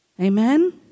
Amen